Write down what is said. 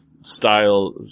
style